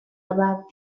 about